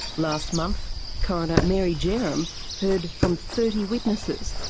last month coroner mary jerram heard from thirty witnesses,